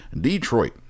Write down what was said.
Detroit